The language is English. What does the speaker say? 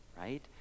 right